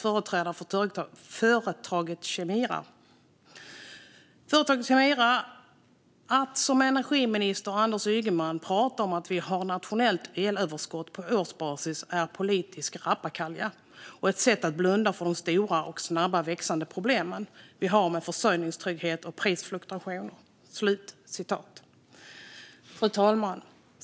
Företrädare för företaget Kemira säger: Att som energiminister Anders Ygeman prata om att vi har nationellt elöverskott på årsbasis är politisk rappakalja och ett sätt att blunda för de stora och snabbt växande problem vi har med försörjningstrygghet och prisfluktuation. Fru talman!